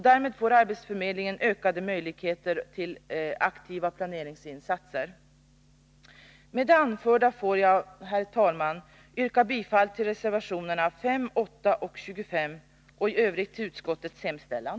Därmed får arbetsförmedlingen ökade möjligheter till aktiva planeringsinsatser. Med det anförda får jag, herr talman, yrka bifall till reservationerna 5, 8 och 25 och i övrigt bifall till utskottets hemställan.